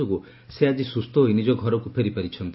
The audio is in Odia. ଯୋଗୁଁ ସେ ଆକି ସୁସ୍ଥ ହୋଇ ନିକ ଘରକୁ ଫେରିପାରିଛନ୍ତି